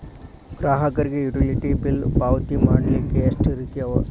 ಗ್ರಾಹಕರಿಗೆ utility bill ಪಾವತಿ ಮಾಡ್ಲಿಕ್ಕೆ ಎಷ್ಟ ರೇತಿ ಅವ?